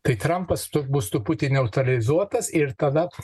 tai trampas tuoj bus truputį neutralizuotas ir tada